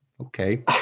okay